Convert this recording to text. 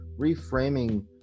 Reframing